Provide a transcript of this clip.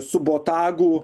su botagų